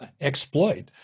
exploit